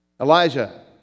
Elijah